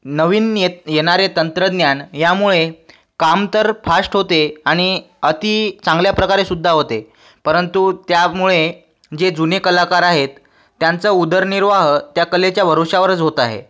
नवीन येत येणारे तंत्रज्ञान यामुळे काम तर फास्ट होते आणि अति चांगल्या प्रकारेसुद्धा होते परंतु त्यामुळे जे जुने कलाकार आहेत त्यांचा उदरनिर्वाह त्या कलेच्या भरवशावरच होत आहे